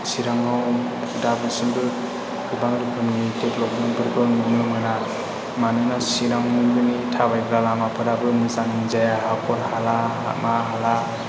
सिराङाव दाबोसिमबो गोबां रोखोमनि डेभेलपमेन्तफोरखौ नुनो मोना मानोना चिरांनि थाबायग्रा लामाफोराबो मोजां जाया हाखर हाला मा हाला